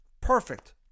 Perfect